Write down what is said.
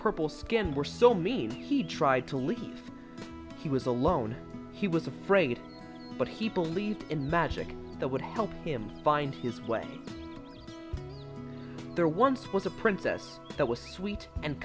purple skin were so mean he tried to leave he was alone he was afraid but he believed in magic that would help him find his way there once was a princess that was sweet and